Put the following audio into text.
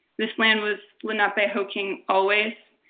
this land was lenapehoking always,